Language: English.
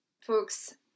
folks